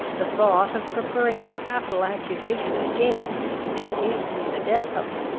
the thought of preferring a capital accusation against, and hastening the death of,